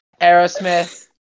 Aerosmith